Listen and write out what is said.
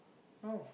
no